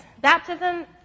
Baptism